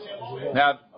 Now